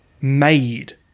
made